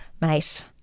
Mate